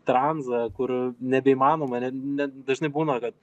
tranzą kur nebeįmanoma net net dažnai būna kad